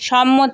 সম্মতি